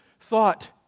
thought